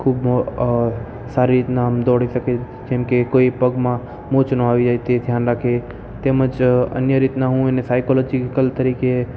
ખૂબ સારી રીતના આમ દોડી શકે જેમકે કોઈ પગમાં મોચ ના આવી જાય તે ધ્યાન રાખે તેમજ અન્ય રીતના હું એની સાઈકોલોજીકલ રીતે